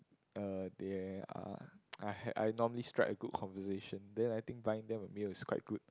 uh they are uh h~ I normally strike a good conversation then I think buying them a meal is quite good